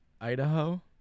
idaho